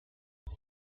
elle